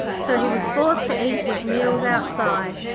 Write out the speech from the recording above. so he was forced to eat his meals outside,